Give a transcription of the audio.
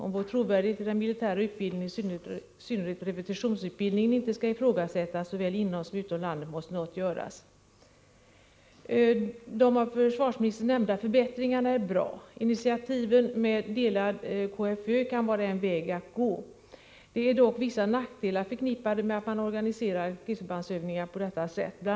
Om den militära utbildningens, i synnerhet repetitionsutbildningens, trovärdighet inte skall ifrågasättas såväl inom som utom landet, måste något göras. De av försvarsministern nämnda förbättringarna är bra. Delade krigsförbandsövningar kan vara en väg att gå. Det är dock vissa nackdelar förknippade med att man organiserar krigsförbandsövningarna på detta sätt. Bl.